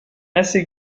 assez